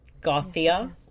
Gothia